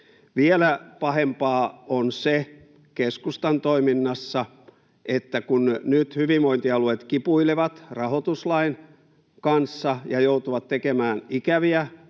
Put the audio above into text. Vielä pahempaa on keskustan toiminnassa se, että kun nyt hyvinvointialueet kipuilevat rahoituslain kanssa ja joutuvat tekemään hyvin